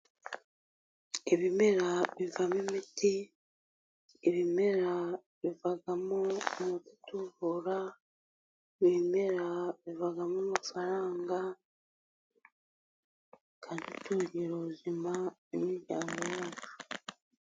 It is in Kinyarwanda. Ibimera bivamo imiti, ibimera bivamo umuti utuvura, ibimera bivamo amafaranga, kandi byongera ubuzima n'imiryango yacu.